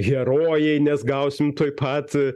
herojai nes gausim tuoj pat